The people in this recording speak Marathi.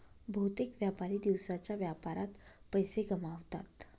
बहुतेक व्यापारी दिवसाच्या व्यापारात पैसे गमावतात